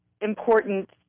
important